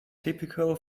typical